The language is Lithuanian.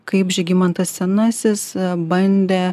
kaip žygimantas senasis bandė